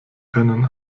können